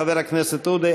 חבר הכנסת עודה,